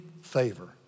favor